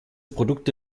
produkte